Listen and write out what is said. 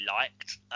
liked